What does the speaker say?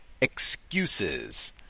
excuses